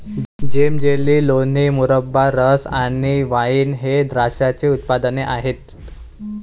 जेम, jelly, लोणी, मुरब्बा, रस आणि वाइन हे द्राक्षाचे उत्पादने आहेत